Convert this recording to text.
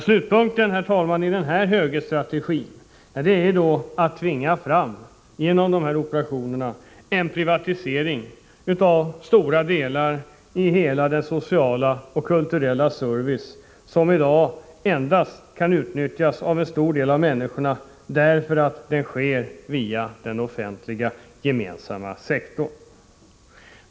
Slutpunkten, herr talman, i denna högerstrategi är att tvinga fram en privatisering av stora delar av den sociala och kulturella service som i dag kan utnyttjas av de många människorna enbart därför att den sker via den gemensamma sektorn.